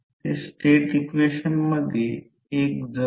तर समान relation L1 N 1 ∅1 i1 आपण वापरत आहोत